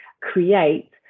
create